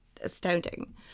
astounding